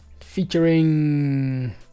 featuring